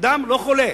אתה לא חולה.